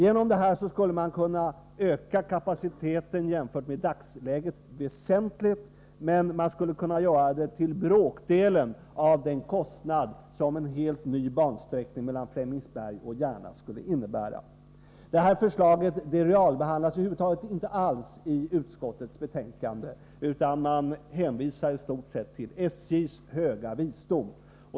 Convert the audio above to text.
Härigenom skulle man kunna öka kapaciteten väsentligt jämfört med dagsläget, och man skulle kunna göra det till bråkdelen av den kostnad som en helt ny bansträckning mellan Flemingsberg och Järna skulle innebära. Det här förslaget realbehandlas över huvud taget inte i utskottets betänkande. Det hänvisas i stort sett till SJ:s höga visdom.